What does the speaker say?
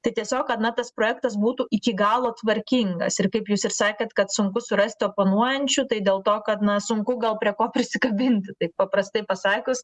tai tiesiog ana tas projektas būtų iki galo tvarkingas ir kaip jūs ir sakėt kad sunku surasti oponuojančių tai dėl to kad na sunku gal prie ko prisikabinti taip paprastai pasakius